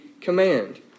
command